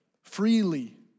freely